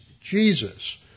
jesus